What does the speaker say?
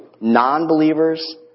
non-believers